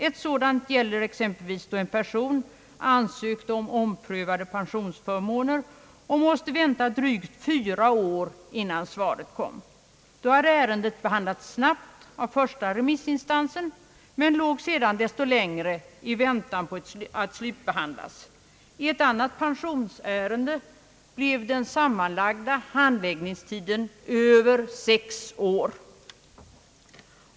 Ett sådant gäller då en person ansökte om omprövning av sina pensionsförmåner och måste vänta drygt fyra år innan svaret kom. Det ärendet behandlades snabbt av första remissinstansen men låg sedan desto längre i väntan på att slutbehandlas. I ett annat pensionsärende blev den sammanlagda handläggningstiden över sex år.